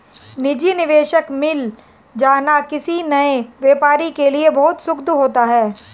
निजी निवेशक मिल जाना किसी नए व्यापारी के लिए बहुत सुखद होता है